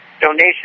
donation